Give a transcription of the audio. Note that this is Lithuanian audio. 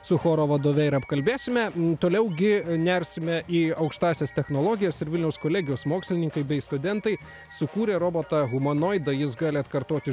su choro vadove ir apkalbėsime toliau gi nersime į aukštąsias technologijas ir vilniaus kolegijos mokslininkai bei studentai sukūrė robotą humanoidą jis gali atkartoti